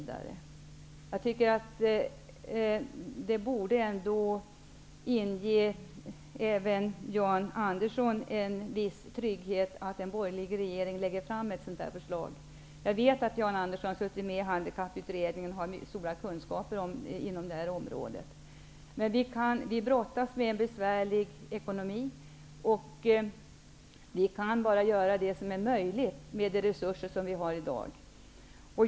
Det borde ändå inge även Jan Andersson en viss trygghet att en borgerlig regering lägger fram ett sådant här förslag. Jag vet att Jan Andersson har suttit med i Handikapputredningen och har stora kunskaper inom det här området. Men vi brottas med en besvärlig ekonomi, och vi kan bara göra det som är möjligt med de resurser som vi har i dag.